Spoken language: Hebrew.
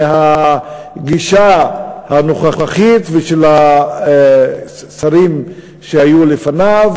מהגישה הנוכחית של השרים שהיו לפניו,